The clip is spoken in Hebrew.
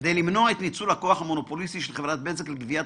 "כדי למנוע את ניצול הכוח המונופוליסטי של חברת בזק לגביית